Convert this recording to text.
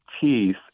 teeth